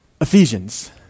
Ephesians